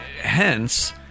hence